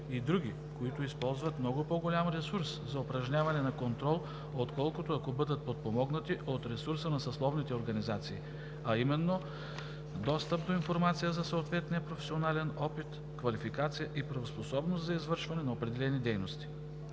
и други, които използват много по-голям ресурс за упражняване на контрол, отколкото, ако бъдат подпомогнати от ресурса на съсловните организации, а именно достъп до информация за съответния професионален опит, квалификация и правоспособност за извършване на определени дейности.